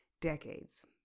decades